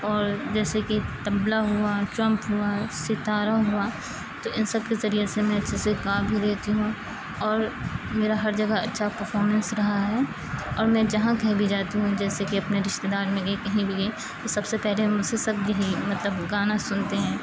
اور جیسے کہ طبلہ ہوا ٹرمپ ہوا ستارہ ہوا تو ان سب کے ذریعے سے میں اچھے سے گا بھی لیتی ہوں اور میرا ہر جگہ اچھا پرفارمنس رہا ہے اور میں جہاں کہیں بھی جاتی ہوں جیسے کہ اپنے رشتے دار میں گئی کہیں بھی گئی تو سب سے پہلے مجھ سے سب یہی مطلب گانا سنتے ہیں